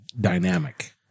dynamic